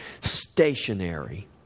stationary